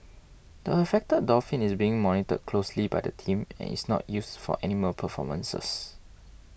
the affected dolphin is being monitored closely by the team and is not used for animal performances